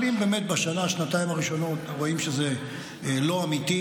אבל אם באמת בשנה-שנתיים הראשונות רואים שזה לא אמיתי,